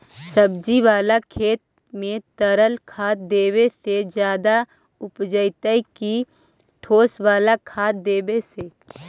सब्जी बाला खेत में तरल खाद देवे से ज्यादा उपजतै कि ठोस वाला खाद देवे से?